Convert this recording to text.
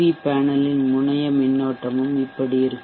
we பேனலின் முனைய மின்னோட்டமும் இப்படி இருக்கும்